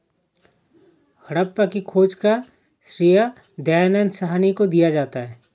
हड़प्पा की खोज का श्रेय दयानन्द साहनी को दिया जाता है